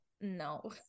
No